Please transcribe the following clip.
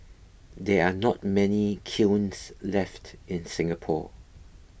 there are not many kilns left in Singapore